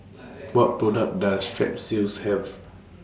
What products Does Strepsils Have